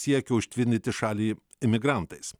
siekiu užtvindyti šalį imigrantais